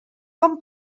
com